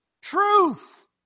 Truth